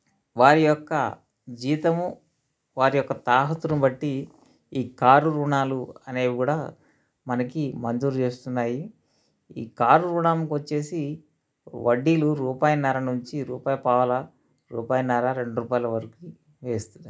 వారి యొక్క జీతము వారి యొక్క తాహతును బట్టి ఈ కారు రుణాలు అనేవి కూడా మనకి మంజూరు చేస్తున్నాయి ఈ కారు రుణంకు వచ్చేసి వడ్డీలు రూపాయన్నర నుంచి రూపాయిపావలా రూపాయిన్నర రెండు రూపాయల వరకు వేస్తాయి